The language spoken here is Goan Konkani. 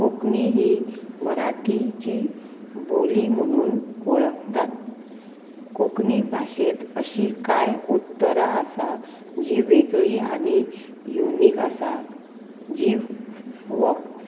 कोंकणी ही मराठीची बोली म्हणून वळखतात कोंकणी भाशेंत अशी कांय उत्तरा आसा जी वेगळी आनी युनिक आसा जी